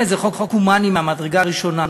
זה חוק הומני מהמדרגה הראשונה.